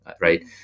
right